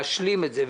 להשלים את זה,